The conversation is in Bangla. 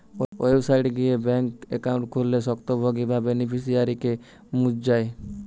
ওয়েবসাইট গিয়ে ব্যাঙ্ক একাউন্ট খুললে স্বত্বভোগী বা বেনিফিশিয়ারিকে মুছ যায়